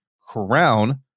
crown